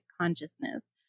consciousness